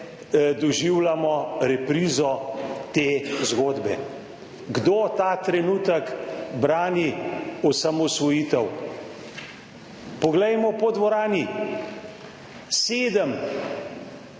doživljamo reprizo te zgodbe. Kdo ta trenutek brani osamosvojitev? Poglejmo po dvorani, sedem